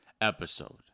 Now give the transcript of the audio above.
episode